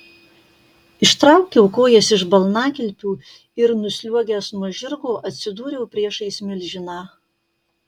ištraukiau kojas iš balnakilpių ir nusliuogęs nuo žirgo atsidūriau priešais milžiną